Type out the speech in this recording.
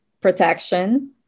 protection